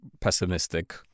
pessimistic